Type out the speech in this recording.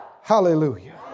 Hallelujah